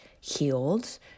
healed